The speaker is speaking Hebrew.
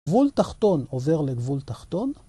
גבול תחתון עובר לגבול תחתון.